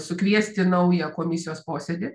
sukviesti naują komisijos posėdį